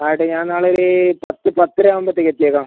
ആകട്ടെ ഞാൻ നാളെയൊരു പത്ത് പത്തരയാവുമ്പോഴത്തേക്കും എത്തിയേക്കാം